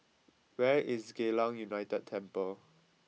where is Geylang United Temple